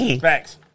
facts